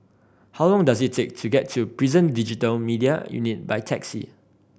how long does it take to get to Prison Digital Media Unit by taxi